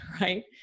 right